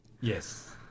Yes